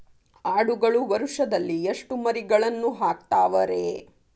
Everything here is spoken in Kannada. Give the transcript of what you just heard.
ಆಡುಗಳು ವರುಷದಲ್ಲಿ ಎಷ್ಟು ಮರಿಗಳನ್ನು ಹಾಕ್ತಾವ ರೇ?